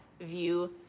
view